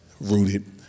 rooted